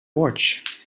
watch